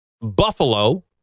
Buffalo